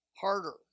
harder